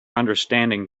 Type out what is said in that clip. understanding